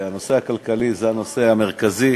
הנושא הכלכלי הוא הנושא המרכזי